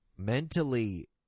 Mentally